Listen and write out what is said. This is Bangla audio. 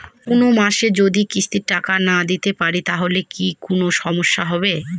কোনমাসে যদি কিস্তির টাকা না দিতে পারি তাহলে কি কোন সমস্যা হবে?